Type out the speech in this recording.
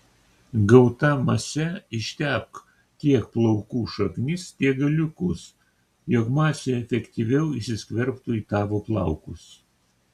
gauta mase ištepk tiek plaukų šaknis tiek galiukus jog masė efektyviau įsiskverbtų į tavo plaukus